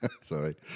Sorry